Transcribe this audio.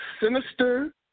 sinister